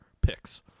picks